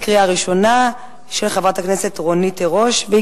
ההצבעה: בעד, שבעה חברי כנסת, נגד, אפס, נמנע אחד.